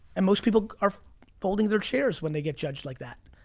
and most people are folding their chairs when they get judged like that.